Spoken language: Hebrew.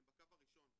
הם בקו הראשון,